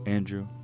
Andrew